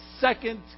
second